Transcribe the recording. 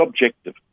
objective